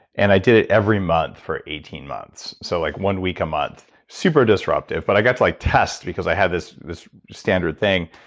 and i did it every month for eighteen months. so like one week a month super disruptive. but i got to like test, because i have this this standard thing.